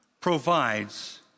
provides